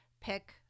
pick